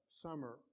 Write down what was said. summer